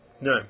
No